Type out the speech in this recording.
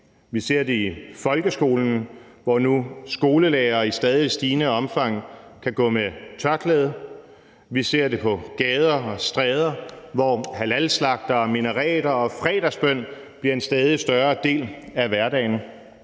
Vi ser det i folkeskolen, hvor skolelærere nu i stadig stigende omfang kan gå med tørklæde; vi ser det på gader og stræder, hvor halalslagtere, minareter og fredagsbøn bliver en stadig større del af hverdagen